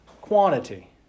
quantity